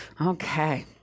Okay